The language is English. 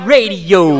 Radio